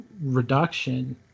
reduction